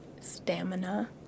stamina